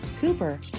Cooper